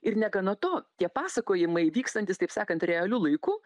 ir negana to tie pasakojimai vykstantys taip sakant realiu laiku